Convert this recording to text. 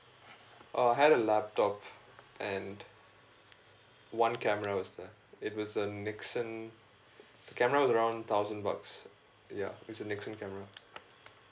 oh I had a laptop and one camera was there it was a nixon camera was around thousand bucks ya it was a nixon camera